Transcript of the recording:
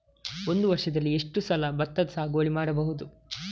ಒಂದು ವರ್ಷದಲ್ಲಿ ಎಷ್ಟು ಸಲ ಭತ್ತದ ಸಾಗುವಳಿ ಮಾಡಬಹುದು?